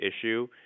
issue